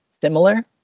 similar